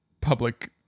public